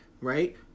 right